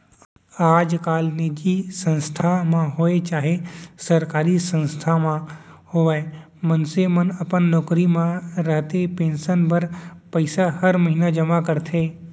आजकाल निजी संस्था म होवय चाहे सरकारी संस्था म होवय मनसे मन अपन नौकरी म रहते पेंसन बर पइसा हर महिना जमा करथे